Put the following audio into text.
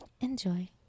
Enjoy